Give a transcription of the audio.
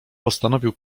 postanowił